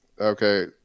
Okay